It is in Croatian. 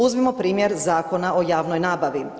Uzmimo primjer Zakona o javnoj nabavi.